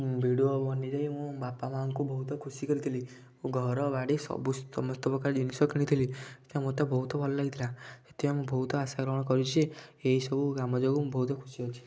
ମୁଁ B D O ବନିଯାଇ ମୁଁ ବାପା ମାଁ ଙ୍କୁ ବହୁତ ଖୁସି କରିଥିଲି ଘର ବାଡ଼ି ସବୁ ସମସ୍ତ ପ୍ରକାର ଜିନିଷ କିଣିଥିଲି ଏଇଟା ମତେ ବହୁତ ଭଲ ଲାଗିଥିଲା ଏଥିପାଇଁ ମୁଁ ବହୁତ ଆଶା ଗ୍ରହଣ କରିଛି ଏଇ ସବୁ କାମ ଯୋଗୁଁ ମୁଁ ବହୁତ ଖୁସି ଅଛି